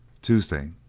tuesday